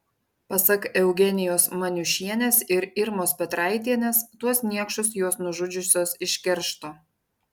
pasak eugenijos maniušienės ir irmos petraitienės tuos niekšus jos nužudžiusios iš keršto